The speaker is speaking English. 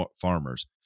farmers